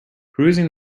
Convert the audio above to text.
perusing